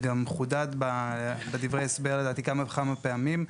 וזה גם חודד בדברי ההסבר כמה וכמה פעמים,